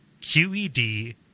QED